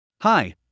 Hi